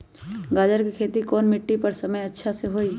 गाजर के खेती कौन मिट्टी पर समय अच्छा से होई?